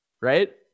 Right